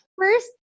first